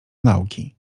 nauki